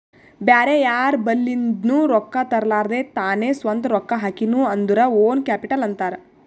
ಬ್ಯಾರೆ ಯಾರ್ ಬಲಿಂದ್ನು ರೊಕ್ಕಾ ತರ್ಲಾರ್ದೆ ತಾನೇ ಸ್ವಂತ ರೊಕ್ಕಾ ಹಾಕಿನು ಅಂದುರ್ ಓನ್ ಕ್ಯಾಪಿಟಲ್ ಅಂತಾರ್